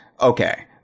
Okay